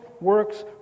works